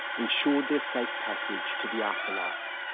ensured their safe passage to the afterlife.